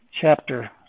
chapter